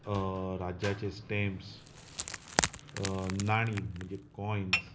राज्याचे स्टॅम्पस नाणी म्हणजे कॉयन्स